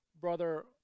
brother